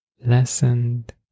lessened